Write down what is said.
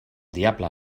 diable